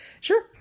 Sure